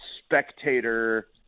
spectator